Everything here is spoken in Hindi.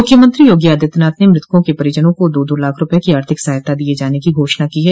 मुख्यमंत्री योगी आदित्यनाथ ने मृतकों के परिजनों को दो दो लाख रूपये की आर्थिक सहायता दिये जाने की घोशणा की है